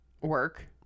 Work